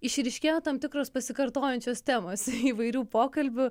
išryškėjo tam tikros pasikartojančios temos įvairių pokalbių